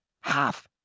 half